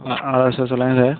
ஆ hello sir சொல்லுங்கள் sir